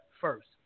first